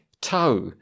toe